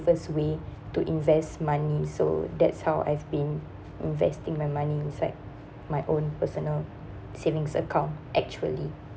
first way to invest money so that's how I've been investing my money inside my own personal savings account actually